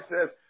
says